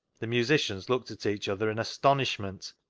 the musicians looked at each other in astonishment.